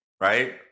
right